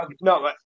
No